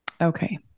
Okay